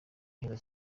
heza